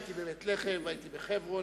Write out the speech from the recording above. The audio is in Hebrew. הייתי בבית-לחם והייתי בחברון,